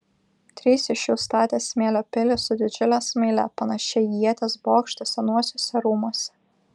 trys iš jų statė smėlio pilį su didžiule smaile panašią į ieties bokštą senuosiuose rūmuose